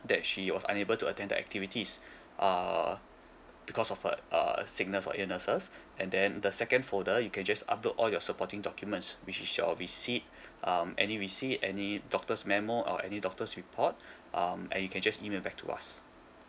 that she was unable to attend the activities uh because of a uh sickness or illnesses and then the second folder you can just upload all your supporting documents which is your receipt um any receipts any doctor's memo or any doctor's report um and you can just email back to us